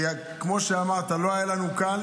כי כמו שאמרת, לא היה לנו קל